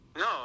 No